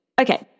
Okay